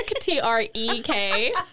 T-R-E-K